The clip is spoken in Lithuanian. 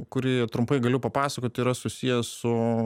kuri trumpai galiu papasakot yra susiję su